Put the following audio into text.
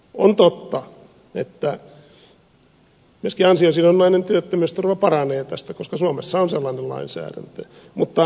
on totta että myöskin ansiosidonnainen työttömyysturva paranee tästä koska suomessa on sellainen lainsäädäntö